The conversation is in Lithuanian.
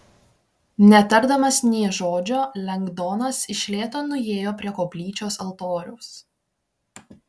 netardamas nė žodžio lengdonas iš lėto nuėjo prie koplyčios altoriaus